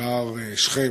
בשער שכם,